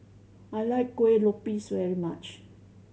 I like Kuih Lopes very much